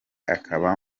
akaba